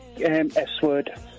S-word